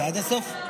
התשפ"ג